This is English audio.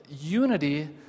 Unity